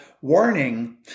warning